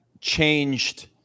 changed